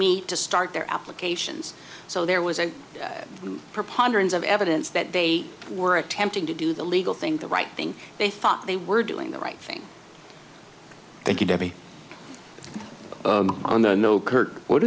me to start their applications so there was a preponderance of evidence that they were attempting to do the legal thing the right thing they thought they were doing the right thing thank you debbie on the